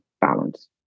balance